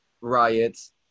riots